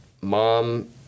mom